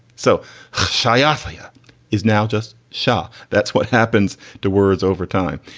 so shakaya is now just shah. that's what happens to words over time.